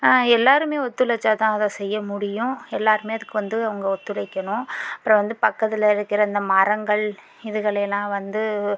எல்லாருமே ஒத்துழைச்சாதான் அதை செய்ய முடியும் எல்லாருமே அதுக்கு வந்து அவங்க ஒத்துழைக்கணும் அப்புறம் வந்து பக்கத்தில் இருக்கிற இந்த மரங்கள் இதுகளையெல்லாம் வந்து